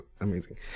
amazing